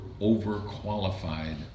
overqualified